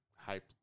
hype